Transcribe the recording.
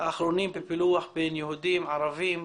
האחרונים בפילוח בין יהודים וערבים,